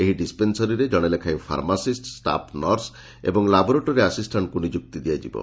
ଏହି ଡିସ୍ପେନ୍ସାରୀରେ କଣେ ଲେଖାଏଁ ଫାର୍ମାସିଷ୍ ଷାଫ୍ନର୍ସ ଏବଂ ଲାବୋରେଟୋରୀ ଆସିଷ୍କାଣ୍କ୍କୁ ନିଯୁକ୍ତି ଦିଆଯିବ